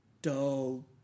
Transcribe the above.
dull